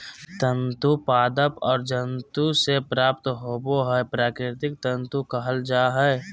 तंतु पादप और जंतु से प्राप्त होबो हइ प्राकृतिक तंतु कहल जा हइ